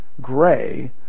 gray